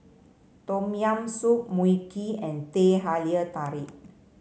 Tom Yam Soup Mui Kee and Teh Halia Tarik